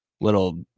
Little